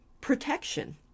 protection